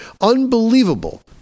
Unbelievable